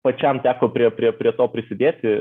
pačiam teko prie prie prie to prisidėti